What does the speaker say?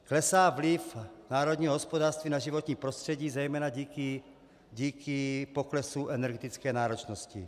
Klesá vliv národního hospodářství na životní prostředí zejména díky poklesu energetické náročnosti.